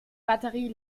batterie